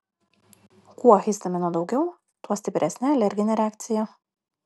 kuo histamino daugiau tuo stipresnė alerginė reakcija